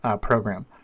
program